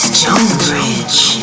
Stonebridge